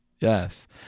Yes